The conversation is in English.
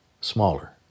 smaller